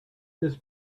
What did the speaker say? this